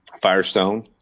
Firestone